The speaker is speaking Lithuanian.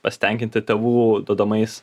pasitenkinti tėvų duodamais